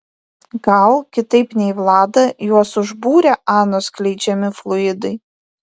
gal kitaip nei vladą juos užbūrė anos skleidžiami fluidai